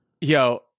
Yo